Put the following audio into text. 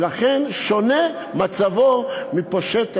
ולכן מצבו שונה ממצבו של פושט רגל,